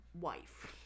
wife